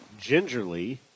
gingerly